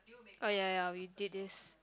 oh ya ya we did this